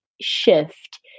shift